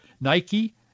Nike